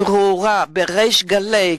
בריש גלי,